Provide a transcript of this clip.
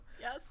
Yes